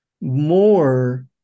more